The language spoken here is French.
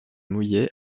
mouiller